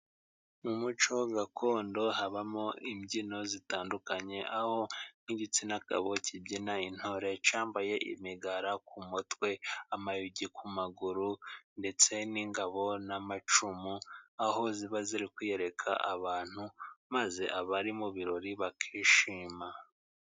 Mu muco gakondo habamo imbyino zitandukanye. Aho nk'igitsinagabo kibyina intore. Cyambaye imigara ku mutwe, amayogi ku maguru ndetse n'ingabo n'amacumu aho ziba ziri kwiyereka abantu, maze abari mu birori bakishima.